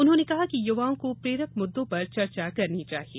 उन्होंने कहा कि युवाओं को प्रेरक मुद्दों पर चर्चा करनी चाहिए